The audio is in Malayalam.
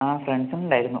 ആ ഫ്രണ്ട്സും ഉണ്ടായിരുന്നു